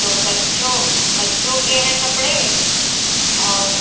तो बच्चों बच्चों के हैं कपड़े और